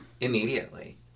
immediately